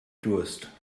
durst